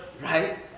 right